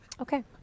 Okay